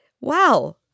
wow